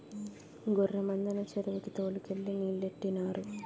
గొర్రె మందని చెరువుకి తోలు కెళ్ళి నీలెట్టినారు